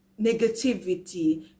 negativity